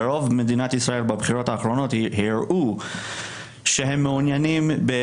ורוב מדינת ישראל בבחירות האחרונות הראו שהם מעוניינים לא